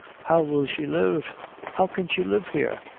how will she live how can she live here?